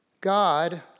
God